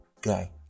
guy